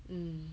mm